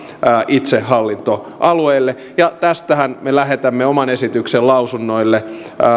itsehallintoalueille ja tästähän me lähetämme oman esityksen lausunnoille